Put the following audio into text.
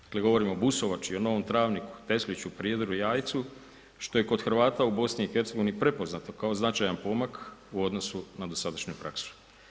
Dakle govorim o Busovači, o Novom Travniku, Tesliću, Prijedoru, Jajcu što je Hrvata u BiH-u prepoznato kao značajan pomak u odnosu na dosadašnju praksu.